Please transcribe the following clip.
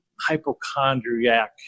hypochondriac